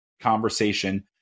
conversation